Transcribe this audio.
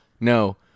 no